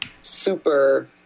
super